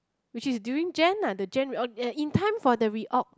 which is during Jan lah the Jan re oath yea in time for the re oath